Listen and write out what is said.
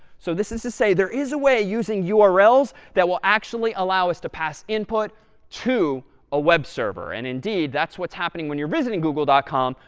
so this is to say there is a way using urls that will actually allow us to pass input to a web server. and indeed, that's what's happening when you're visiting google ah com,